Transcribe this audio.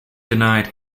denied